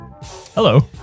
Hello